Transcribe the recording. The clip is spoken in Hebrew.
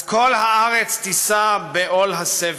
אז כל הארץ תישא בעול הסבל".